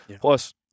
Plus